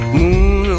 moon